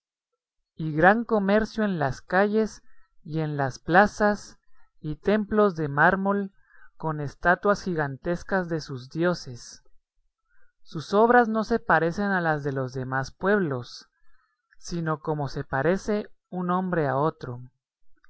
templos de mármol con estatuas gigantescas de sus dioses sus obras no se parecen a las de los demás pueblos sino como se parece un hombre a otro